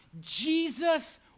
Jesus